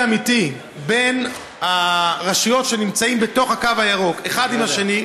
אמיתי בין הרשויות שנמצאות בתוך הקו הירוק זו עם זו,